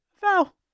fell